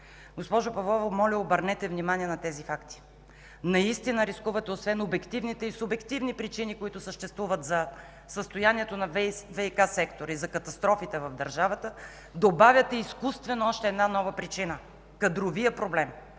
Госпожо Павлова, моля обърнете внимание на тези факти. Наистина рискувате! Освен обективните и субективни причини, които съществуват за състоянието на ВиК-сектора и за катастрофите в държавата, добавяте изкуствено още една нова причина – кадровия проблем.